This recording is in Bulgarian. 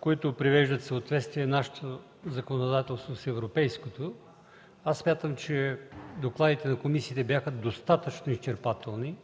които привеждат в съответствие нашето законодателство с европейското. Смятам, че докладите на комисиите бяха достатъчно изчерпателни.